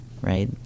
Right